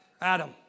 Adam